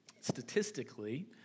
Statistically